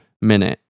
minute